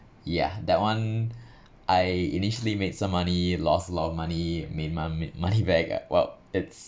ya that one I initially made some money lost a lot of money made money money back uh well it's